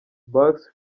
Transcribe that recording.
barks